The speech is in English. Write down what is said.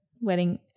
wedding